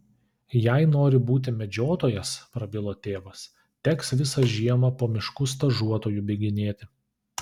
jei nori būti medžiotojas prabilo tėvas teks visą žiemą po miškus stažuotoju bėginėti